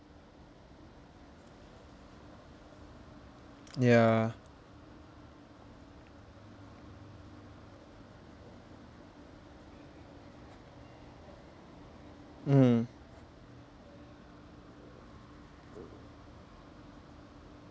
ya mmhmm